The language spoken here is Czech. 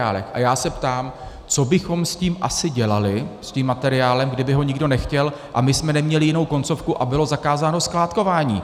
A já se ptám: Co bychom s tím asi dělali, s tím materiálem, kdyby ho nikdo nechtěl a my jsme neměli jinou koncovku a bylo zakázáno skládkování?